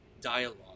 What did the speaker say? dialogue